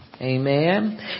Amen